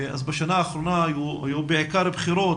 אז בשנה האחרונה היו בעיקר בחירות,